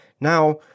Now